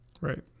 Right